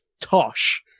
tosh